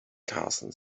carson